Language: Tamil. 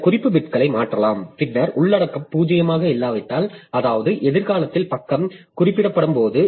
இந்த குறிப்பு பிட்களை மாற்றலாம் பின்னர் உள்ளடக்கம் பூஜ்ஜியமாக இல்லாவிட்டால் அதாவது எதிர்காலத்தில் பக்கம் குறிப்பிடப்படும்போது